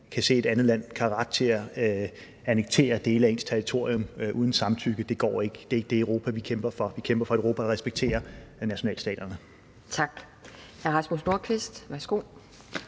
at et andet land kan have ret til at annektere dele af ens territorium uden samtykke. Det går ikke; det er ikke det Europa, vi kæmper for. Vi kæmper for et Europa, der respekterer nationalstaterne. Kl.